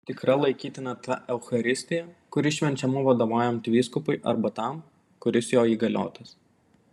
tikra laikytina ta eucharistija kuri švenčiama vadovaujant vyskupui arba tam kuris jo įgaliotas